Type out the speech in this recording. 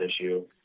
issue